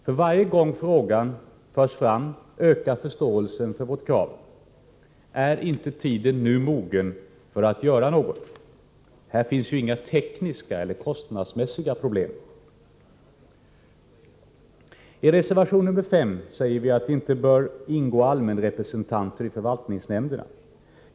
För varje gång frågan förs fram ökar förståelsen för vårt krav. Är inte tiden nu mogen för att göra något? Här finns ju inga tekniska eller kostnadsmässiga problem. y I reservation nr 5 säger vi att det inte bör ingå allmänrepresentanter i förvaltningsnämnderna.